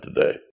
today